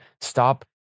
Stop